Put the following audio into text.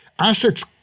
assets